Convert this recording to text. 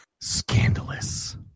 Scandalous